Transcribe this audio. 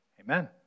Amen